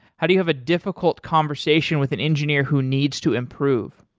how do you have a difficult conversation with an engineer who needs to improve?